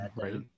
right